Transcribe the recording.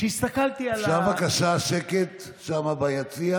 אפשר בבקשה שקט שם, ביציע